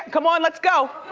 come on, let's go.